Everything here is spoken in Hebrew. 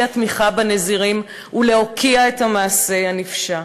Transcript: תמיכה בנזירים ולהוקיע את המעשה הנפשע.